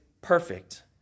perfect